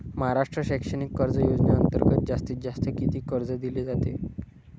महाराष्ट्र शैक्षणिक कर्ज योजनेअंतर्गत जास्तीत जास्त किती कर्ज दिले जाते?